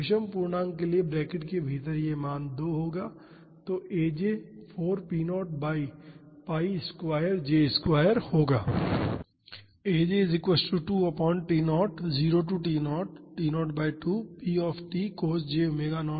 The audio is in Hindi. तो विषम पूर्णांक के लिए ब्रैकेट के भीतर यह मान 2 होगा